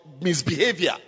misbehavior